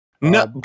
No